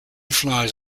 flies